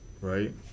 Right